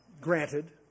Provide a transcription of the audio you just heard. granted